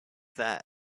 that